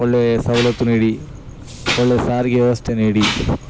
ಒಳ್ಳೆಯ ಸೌಲತ್ತು ನೀಡಿ ಒಳ್ಳೆಯ ಸಾರಿಗೆ ವ್ಯವಸ್ಥೆ ನೀಡಿ